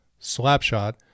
Slapshot